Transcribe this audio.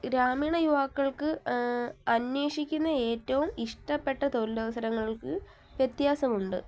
ഗ്രാമീണ യുവാക്കൾക്ക് അന്വേഷിക്കുന്ന ഏറ്റവും ഇഷ്ടപ്പെട്ട തൊഴിലവസരങ്ങൾക്ക് വ്യത്യാസമുണ്ട്